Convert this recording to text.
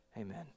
Amen